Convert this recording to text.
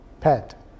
PET